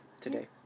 today